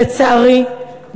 לצערי,